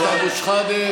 חבר הכנסת אבו שחאדה,